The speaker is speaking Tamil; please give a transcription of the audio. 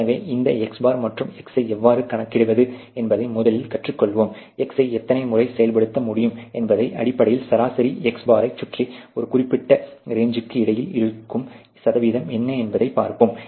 எனவே இந்த x̄ மற்றும் S ஐ எவ்வாறு கணக்கிடுவது என்பதை முதலில் கற்றுக்கொள்வோம் s ஐ எத்தனை முறை செயல்படுத்த முடியும் என்பதன் அடிப்படையில் சராசரி x̄ ஐச் சுற்றி ஒரு குறிப்பிட்ட ரேஞ்சுக்கு இடையில் இருக்கும் சதவீதம் என்ன என்பதைப் பார்ப்போம்